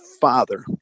father